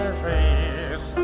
face